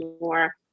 more